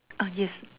ah yes